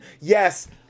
Yes